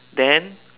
then